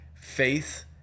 Faith